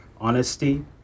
Honesty